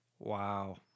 Wow